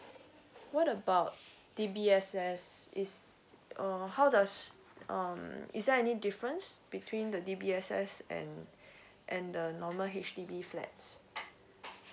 what about D_B_S_S is uh how does um is there any difference between the D_B_S_S and and the normal H_D_B flats